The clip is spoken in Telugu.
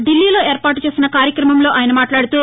ఢిల్లీలో ఏర్పాటు చేసిన కార్యక్రమంలో ఆయన మాట్లాడారు